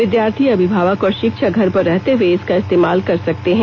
विद्यार्थी अभिभावक और शिक्षक घर पर रहते हुए इसका इस्तेमाल कर सकते हैं